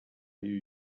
you